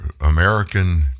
American